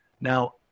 Now